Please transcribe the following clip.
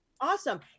awesome